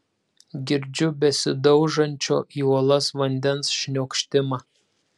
girdžiu besidaužančio į uolas vandens šniokštimą